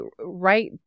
right